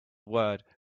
word